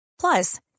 Plus